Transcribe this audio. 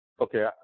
Okay